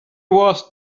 was